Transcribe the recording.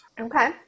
Okay